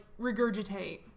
regurgitate